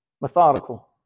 methodical